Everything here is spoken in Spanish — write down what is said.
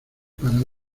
para